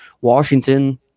Washington